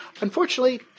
Unfortunately